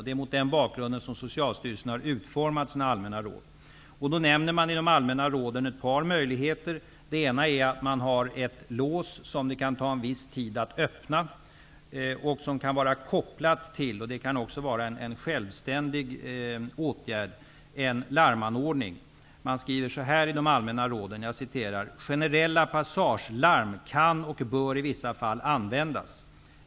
Det är mot denna bakgrund som Socialstyrelsen har utformat sina allmänna råd. I de allmänna råden nämns ett par möjligheter. Den ena är att man har ett lås som det kan ta en viss tid att öppna och som kan vara kopplat till -- detta kan också vara en självständig åtgärd -- en larmanordning. Man skriver i de allmänna råden ungefär så här: Generella passagelarm kan och bör i vissa fall användas.